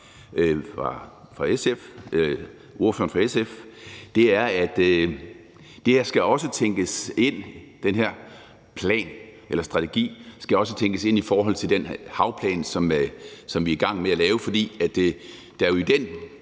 af ordføreren for SF, nemlig at den her plan eller strategi også skal tænkes ind i forhold til den havplan, som vi er i gang med at lave, fordi der jo i den